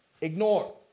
Ignore